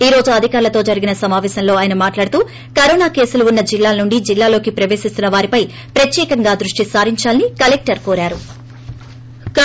ఈ రోజు అధికారులతో జరిగిన సమాపేశంలో ఆయన మాట్లాడుతూ కరోనా కేసులు వున్న జిల్లాల నుండి జిల్లాలోకి ప్రపేశిస్తున్న వారిపై ప్రత్యేకంగా దృష్టి సారించాలని కలెక్టర్ కోరారు